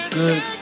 good